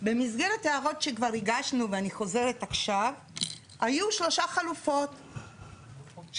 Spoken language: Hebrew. במסגרת הערות שכבר הגשנו ואני חוזרת עכשיו היו שלוש חלופות שנבדקו,